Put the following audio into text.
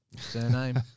surname